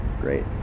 Great